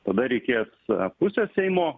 tada reikės pusės seimo